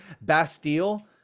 Bastille